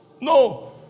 No